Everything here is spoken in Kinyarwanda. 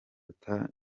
ata